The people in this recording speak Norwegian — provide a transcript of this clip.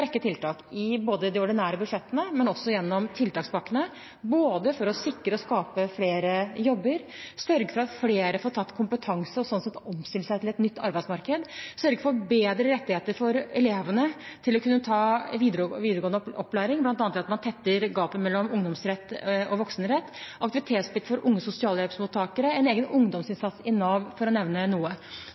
rekke tiltak, både i de ordinære budsjettene og i tiltakspakkene, for å sikre og skape flere jobber, for å sørge for at flere får kompetanse og sånn sett får omstilt seg til et nytt arbeidsmarked, og for å sørge for bedre rettigheter for elevene til å kunne ta videregående opplæring, bl.a. ved at man tetter gapet mellom ungdomsrett og voksenrett. Vi har innført aktivitetsplikt for unge sosialhjelpsmottakere, og vi har en egen ungdomsinnsats i Nav, for å nevne noe.